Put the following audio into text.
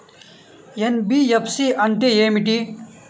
NBFC అంటే ఏమిటి?